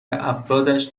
افرادش